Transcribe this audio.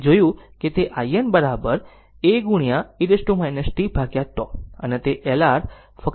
તેથી જોયું કે તે in say a e t tτ અને તે LR ફક્ત RL સર્કિટ છે